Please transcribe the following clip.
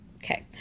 Okay